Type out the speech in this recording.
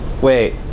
wait